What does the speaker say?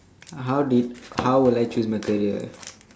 how did how would I choose my career